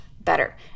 better